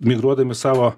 migruodami savo